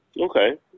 Okay